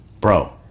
bro